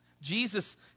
Jesus